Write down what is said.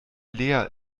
lea